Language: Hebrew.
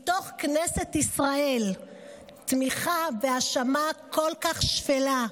מתוך כנסת ישראל תמיכה בהאשמה כל כך שפלה.